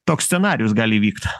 toks scenarijus gali įvykt